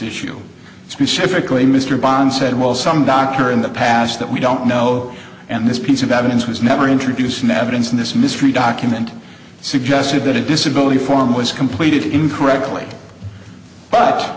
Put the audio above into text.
issue specifically mr bond said well some doctor in the past that we don't know and this piece of evidence was never introduced never once in this mystery document suggested that a disability form was completed incorrectly but